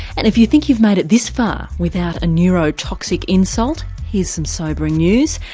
and if you think you've made it this far without a neurotoxic insult, here's some sobering news.